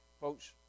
folks